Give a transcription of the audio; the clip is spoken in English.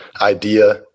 idea